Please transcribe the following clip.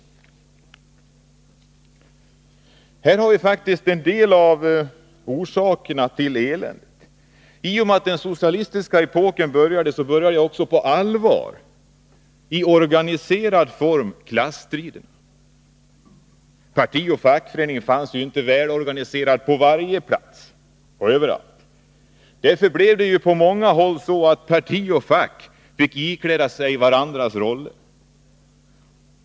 Och här har vi faktiskt en del av orsaken till eländet. I och med den socialistiska epokens början, började på allvar i organiserad form klasstriderna. Parti och fackförening fanns inte välorganiserade på varje plats. Därför blev det på många håll så, att parti och fack fick ikläda sig varandras roller.